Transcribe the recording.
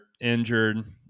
injured